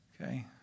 Okay